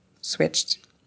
switched